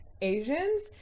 Asians